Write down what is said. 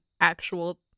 actual